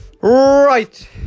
right